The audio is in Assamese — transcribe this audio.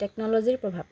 টেকন'লজিৰ প্ৰভাৱ